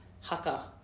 haka